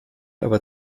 aber